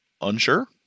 unsure